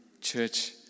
church